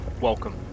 Welcome